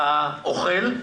מי שאוכל,